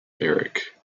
eric